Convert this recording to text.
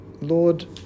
Lord